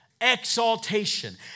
exaltation